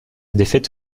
défaite